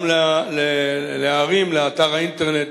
גם להרים לאתר האינטרנט,